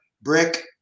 brick